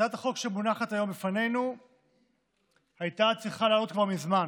הצעת החוק שמונחת היום בפנינו הייתה צריכה לעלות כבר מזמן